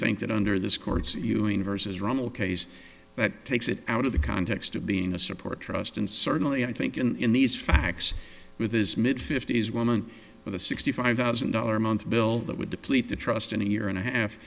think that under this court's ewing versus rummel case that takes it out of the context of being a support trust and certainly i think in these facts with his mid fifty's woman with a sixty five thousand dollars a month bill that would deplete the trust in a year and a half